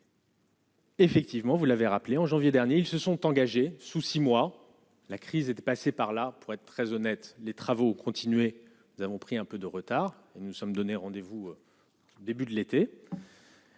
Effectivement, vous l'avez rappelé en janvier dernier, ils se sont engagés sous 6 mois la crise était passé par là pour être très honnête, les travaux continués nous avons pris un peu de retard et nous nous sommes donnés rendez-vous au début de l'été.